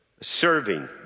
Serving